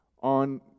on